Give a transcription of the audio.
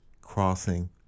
Crossing